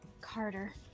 Carter